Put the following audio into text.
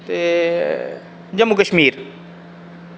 ते जम्मू कश्मीर